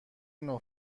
نوع